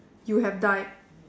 you have died